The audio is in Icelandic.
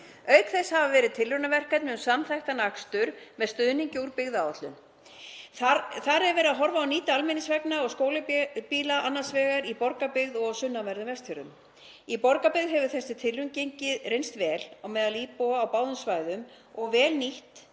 Auk þess hafa verið tilraunaverkefni um samþættan akstur með stuðningi úr byggðaáætlun. Þar er verið að horfa á að nýta almenningsvagna og skólabíla annars vegar í Borgarbyggð og á sunnanverðum Vestfjörðum. Í Borgarbyggð hefur þessi tilraun reynst vel á meðal íbúa á báðum svæðum og hún